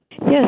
Yes